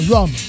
Rum